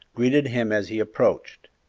greeted him as he approached.